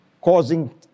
causing